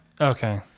Okay